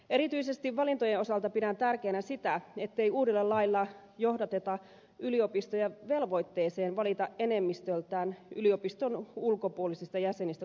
erityisesti valintojen osalta pidän tärkeänä sitä ettei uudella lailla johdateta yliopistoja velvoitteeseen valita enemmistöltään yliopiston ulkopuolisista jäsenistä koostuvaa hallitusta